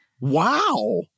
Wow